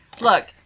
Look